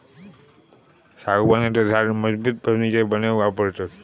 सागवानाचा झाड मजबूत फर्नीचर बनवूक वापरतत